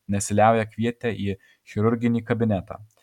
nesiliauja kvietę į chirurginį kabinetą